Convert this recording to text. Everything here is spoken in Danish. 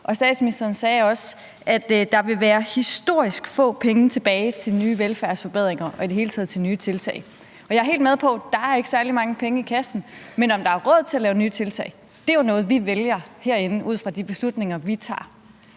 og statsministeren sagde også, at der vil være historisk få penge tilbage til nye velfærdsforbedringer og i det hele taget til nye tiltag. Jeg er helt med på, at der ikke er særlig mange penge i kassen, men om der er råd til at lave nye tiltag, er jo noget, vi vælger herinde ud fra de beslutninger, vi tager.